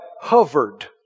hovered